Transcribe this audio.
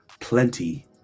Plenty